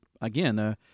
again